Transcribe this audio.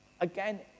Again